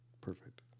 Perfect